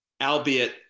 albeit